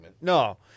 No